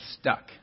stuck